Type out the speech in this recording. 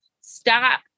Stop